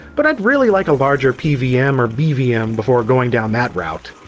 but i'd really like a larger pvm or bvm before going down that route.